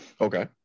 okay